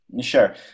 Sure